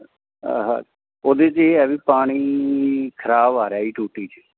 ਹਾਂ ਹਾਂ ਉਹਦੇ 'ਚ ਇਹ ਹੈ ਵੀ ਪਾਣੀ ਖ਼ਰਾਬ ਆ ਰਿਹਾ ਜੀ ਟੂਟੀ 'ਚ